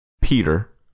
Peter